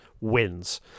wins